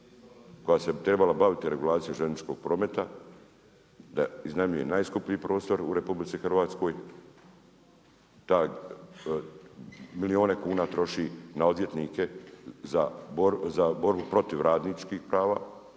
koja se trebala baviti regulacijom željezničkog prometa, da iznajmljuje najskuplji prostor u RH, da milijune kuna troši na odvjetnike za borbu protiv radničkih prava,